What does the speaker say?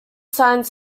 science